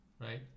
right